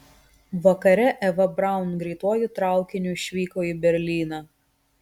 vakare eva braun greituoju traukiniu išvyko į berlyną